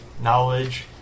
Knowledge